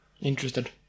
interested